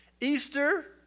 Easter